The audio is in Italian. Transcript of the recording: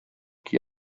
chi